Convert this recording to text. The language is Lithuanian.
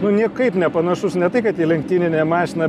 nu niekaip nepanašus ne tai kad į lenktyninę mašiną